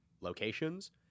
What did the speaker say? locations